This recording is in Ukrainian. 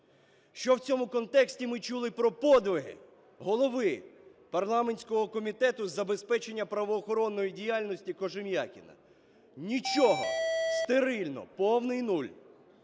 Що в цьому контексті ми чули про подвиги голови парламентського Комітету з забезпечення правоохоронної діяльності Кожем'якіна? Нічого. Стерильно. Повний нуль.